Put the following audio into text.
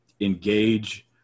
engage